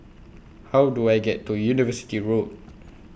How Do I get to University Road